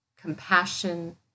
compassion